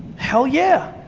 hell yeah.